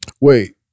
Wait